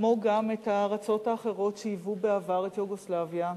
כמו גם את הארצות האחרות שהיוו בעבר את יוגוסלביה,